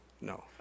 No